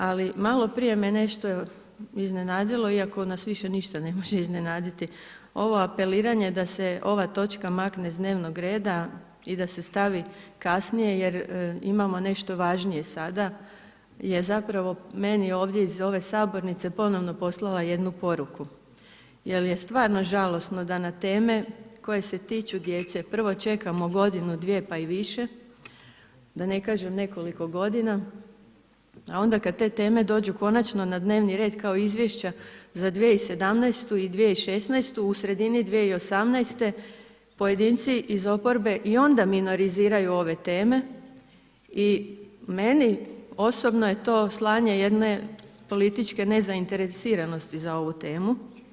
Ali maloprije me nešto iznenadilo, iako nas više ništa ne može iznenaditi, ovo apeliranje da se ova točka makne s dnevnog reda i da se stavi kasnije jer imamo nešto važnije sada je zapravo meni ovdje iz ove sabornice ponovno poslala jednu poruku, jer je stvarno žalosno da na teme koje se tiču djece, prvo čekamo godinu, dvije pa i više, da ne kažem nekoliko godina, a onda kad te teme dođu konačno na dnevni red kao izvješća za 2017. i 2016. u sredini 2018. pojedinci iz oporbe i onda minoriziraju ove teme i meni osobno je to slanje jedne političke nezainteresiranosti za ovu temu.